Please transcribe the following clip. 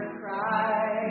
cry